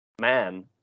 man